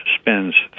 spends